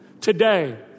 Today